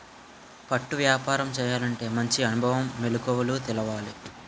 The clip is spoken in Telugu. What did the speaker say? పట్టు వ్యాపారం చేయాలంటే మంచి అనుభవం, మెలకువలు తెలవాలి